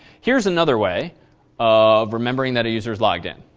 here's another way of remembering that a user has logged in.